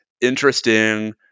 interesting